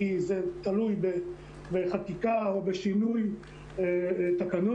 כי זה תלוי בחקיקה או בשינוי תקנות,